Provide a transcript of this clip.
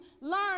learn